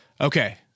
Okay